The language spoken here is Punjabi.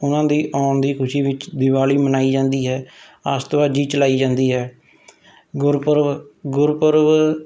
ਉਹਨਾਂ ਦੀ ਆਉਣ ਦੀ ਖੁਸ਼ੀ ਵਿੱਚ ਦੀਵਾਲੀ ਮਨਾਈ ਜਾਂਦੀ ਹੈ ਆਤਿਸ਼ਬਾਜ਼ੀ ਚਲਾਈ ਜਾਂਦੀ ਹੈ ਗੁਰਪੁਰਬ ਗੁਰਪੁਰਬ